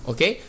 Okay